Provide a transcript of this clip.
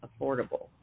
affordable